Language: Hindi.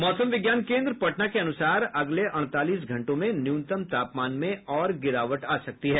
मौसम विज्ञान केन्द्र पटना के अनुसार अगले अड़तालीस घंटों में न्यूनतम तापमान में और गिरावट आ सकती है